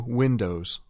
windows